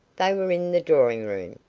they were in the drawing-room,